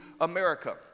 America